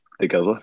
together